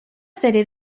serie